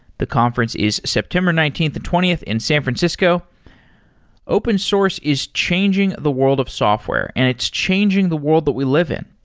the conference is september nineteenth and twentieth in san francisco open source is changing the world of software and it's changing the world that we live in.